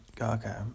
Okay